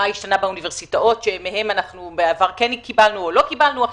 מה השתנה באוניברסיטאות שמהן בעבר כן קיבלנו או לא קיבלנו הכשרות.